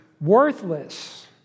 worthless